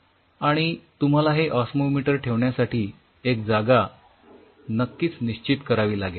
आणि तुम्हाला हे ऑस्मोमीटर ठेवण्यासाठी एक जागा नक्कीच निश्चित करावी लागेल